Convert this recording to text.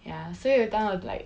ya 所以 like